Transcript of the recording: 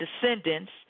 descendants